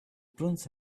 prince